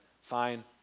fine